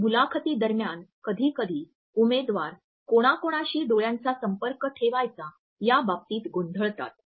मुलाखती दरम्यान कधीकधी उमेदवार कोणाकोणाशीं डोळ्यांचा संपर्क ठेवायचा या बाबतीत गोंधळतात